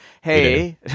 hey